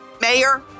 Mayor